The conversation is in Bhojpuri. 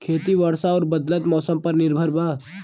खेती वर्षा और बदलत मौसम पर निर्भर बा